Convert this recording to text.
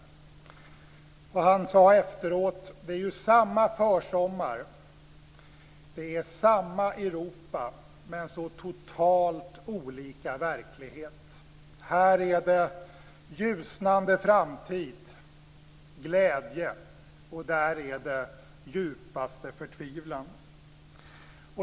Han sade efteråt att det är samma försommar och samma Europa, men så totalt olika verklighet. Här är det ljusnande framtid och glädje, och där är det djupaste förtvivlan.